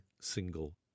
single